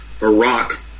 Iraq